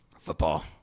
Football